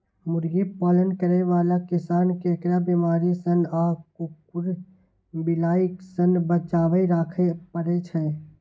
मुर्गी पालन करै बला किसान कें एकरा बीमारी सं आ कुकुर, बिलाय सं बचाके राखै पड़ै छै